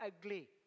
ugly